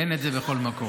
אין את זה בכל מקום.